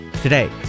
today